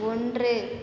ஒன்று